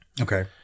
Okay